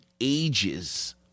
ages